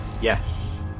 yes